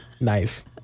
nice